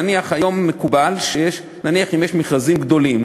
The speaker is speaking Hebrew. נניח שיש מכרזים גדולים,